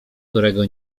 którego